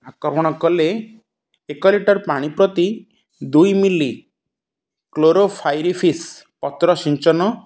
ଆକ୍ରମଣ କଲେ ଏକ ଲିଟର୍ ପାଣି ପ୍ରତି ଦୁଇ ମିଲି କ୍ଲୋରୋଫାଇରିଫିସ୍ ପତ୍ର ସିଞ୍ଚନ